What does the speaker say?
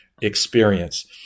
experience